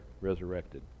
resurrected